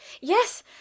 Yes